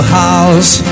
house